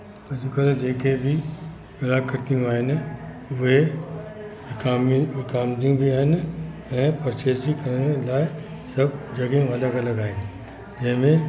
अॼु कल्ह जेके बि कलाकृतियूं आहिनि उहे विकामी विकामबियूं बि आहिनि ऐं पर्चेस बि करण लाइ सभु जॻहियूं अलॻि अलॻि आहिनि जंहिं में